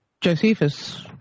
Josephus